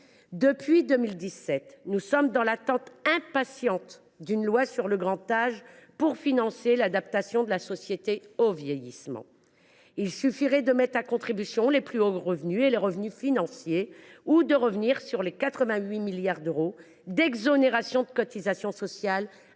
Depuis 2017, nous sommes dans l’attente impatiente d’une loi sur le grand âge pour financer l’adaptation de la société au vieillissement. Il suffirait pourtant de mettre à contribution les plus hauts revenus et les revenus financiers ou de revenir sur les 88 milliards d’euros d’exonérations de cotisations sociales